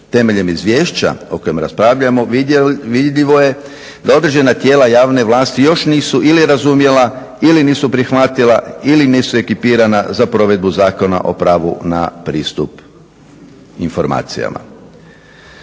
Temeljem izvješća o kojem raspravljamo vidljivo je da određena tijela javne vlasti još nisu ili razumjela ili nisu prihvatila ili nisu ekipirana za provedbu Zakona o pravu na pristup informacijama.